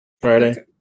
Friday